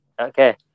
Okay